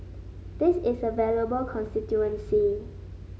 this is a valuable constituency